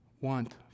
want